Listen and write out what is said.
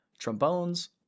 trombones